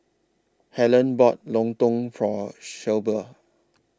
Helyn bought Lontong For Shelba